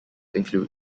include